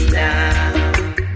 now